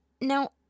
Now